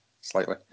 slightly